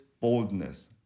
boldness